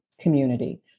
community